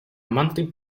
monthly